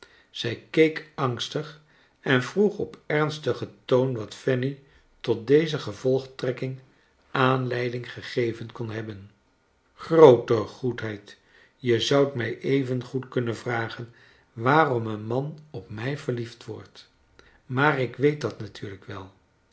zij keek angstig en vroeg op ernstigen toon wat fanny tot deze gevolgtrekking aanleiding gegeven kon hebben groote goedheid je zoudt mij even goed kunnen vragen waarom een man op mij verliefd wordt maa-r ik weet dat natuurlijk wel